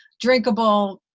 drinkable